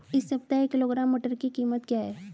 इस सप्ताह एक किलोग्राम मटर की कीमत क्या है?